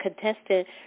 contestant